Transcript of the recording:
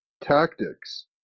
tactics